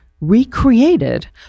recreated